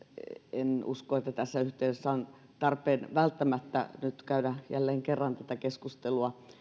en usko että tässä yhteydessä on välttämättä tarpeen nyt käydä jälleen kerran tätä keskustelua